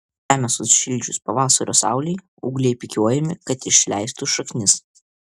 žemę sušildžius pavasario saulei ūgliai pikiuojami kad išleistų šaknis